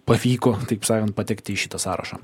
pavyko taip sakant patekti į šitą sąrašą